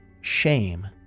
shame